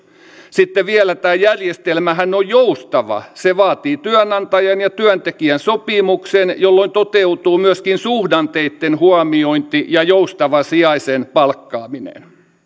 sitten vielä tämä järjestelmähän on joustava se vaatii työnantajan ja työntekijän sopimuksen jolloin toteutuu myöskin suhdanteitten huomiointi ja joustava sijaisen palkkaaminen